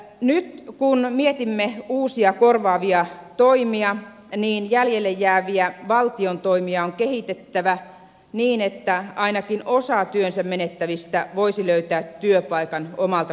nyt kun mietimme uusia korvaavia toimia niin jäljelle jääviä valtion toimia on kehitettävä niin että ainakin osa työnsä menettävistä voisi löytää työpaikan omalta kotialueeltaan